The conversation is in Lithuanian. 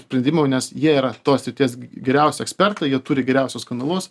sprendimo nes jie yra tos srities geriausi ekspertai jie turi geriausius kanalus